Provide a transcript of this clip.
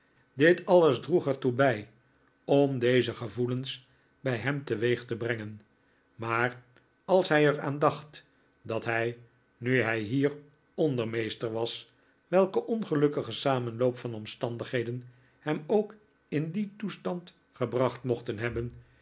dit alles droeg er toe bij om deze gevoelens bij hem teweeg te brengen maar als hij er aan dacht dat hij nu hij hier ondermeester was welke ongelukkige samenloop van omstandigheden hem ook in dien toestand gebracht mocht hebben